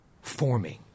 forming